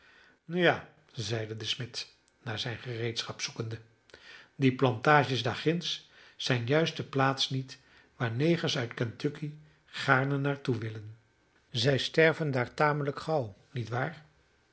ja zeide de smid naar zijn gereedschap zoekende die plantages daar ginds zijn juist de plaats niet waar negers uit kentucky gaarne naar toe willen zij sterven daar tamelijk gauw niet waar